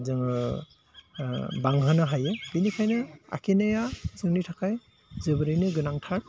जोङो बांहोनो हायो बेनिखायनो आखिनाया जोंनि थाखाय जोबोरैनो गोनांथार